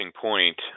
point